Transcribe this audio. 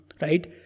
right